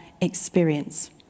experience